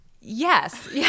Yes